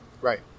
Right